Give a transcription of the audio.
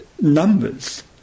numbers